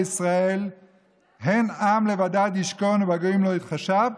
ישראל"; "הן עם לבדד ישכן ובגוים לא יתחשב".